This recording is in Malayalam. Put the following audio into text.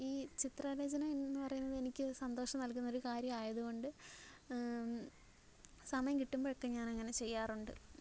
ഈ ചിത്രരചന എന്ന് പറയുന്നത് എനിക്ക് സന്തോഷം നല്കുന്ന ഒരു കാര്യമായതുകൊണ്ട് സമയം കിട്ടുമ്പോഴൊക്കെ ഞാനങ്ങനെ ചെയ്യാറുണ്ട്